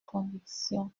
conviction